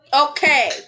Okay